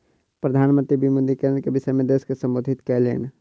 प्रधान मंत्री विमुद्रीकरण के विषय में देश के सम्बोधित कयलैन